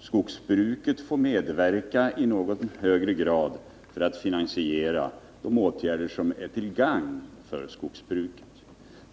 skogsbruket — medverka i något högre grad för att finansiera de åtgärder som är till gagn för näringen i fråga.